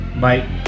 Bye